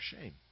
shame